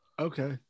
Okay